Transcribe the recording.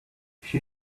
she